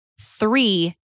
three